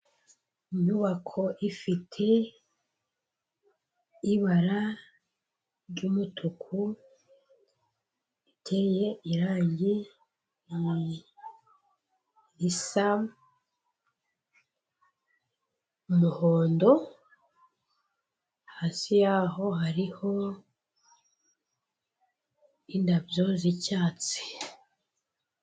Inyubako ifite ibara ry'umutuku, iteye irangi risa umuhondo hasi yaho hariho indabyo z'icyatsi.